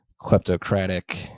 kleptocratic